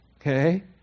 okay